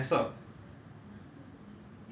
because let's say if you mess up